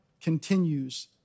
continues